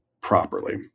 properly